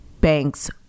Banks